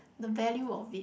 the value of it